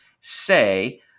say